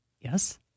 Yes